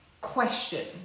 Question